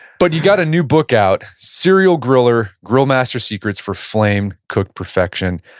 but you got a new book out, serial griller grill master secrets for flame-cooked perfection.